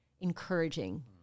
encouraging